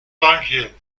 dunghill